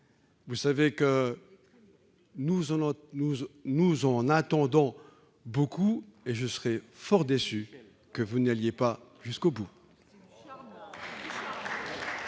Vous le savez, nous en attendons beaucoup, et je serais fort déçu que vous n'alliez au bout